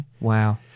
Wow